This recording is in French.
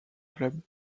clubs